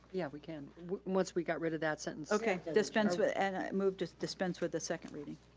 yeah we can, once we got rid of that sentence. okay, dispense with, and i move to dispense with the second reading.